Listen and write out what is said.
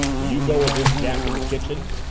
will you go with this jap to the kitchen?